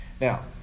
Now